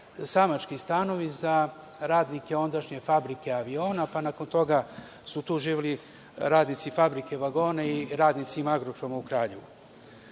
samački stanovi za radnike ondašnje fabrike aviona, pa nakon toga su tu živeli radnici fabrike vagona i radnici „Magnohroma“ u Kraljevu. Ako